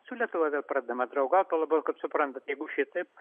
su lietuva vėl pradedama draugaut tuo labiau kad suprantat jeigu šitaip